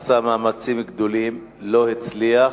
הוא עשה מאמצים גדולים ולא הצליח,